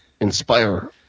inspire